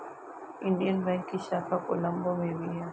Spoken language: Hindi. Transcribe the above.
इंडियन बैंक की शाखा कोलम्बो में भी है